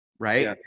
right